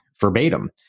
verbatim